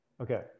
Okay